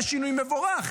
זה שינוי מבורך,